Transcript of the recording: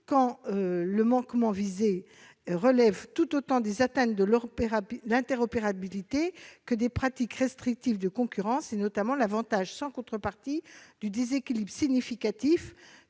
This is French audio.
quand le manquement en cause relève tout autant des atteintes à l'interopérabilité que des pratiques restrictives de concurrence, notamment l'avantage sans contrepartie ou le déséquilibre significatif,